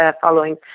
following